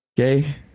Okay